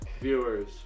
Viewers